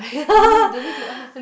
no you don't need to